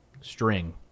String